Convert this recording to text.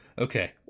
okay